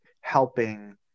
helping